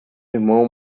irmão